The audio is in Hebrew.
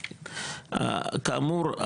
כאמור,